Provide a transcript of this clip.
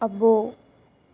అబ్బో